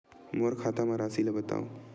मोर खाता म राशि ल बताओ?